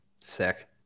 Sick